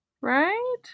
Right